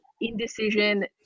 indecision